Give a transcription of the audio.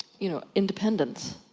you know, independence.